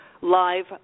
live